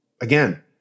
again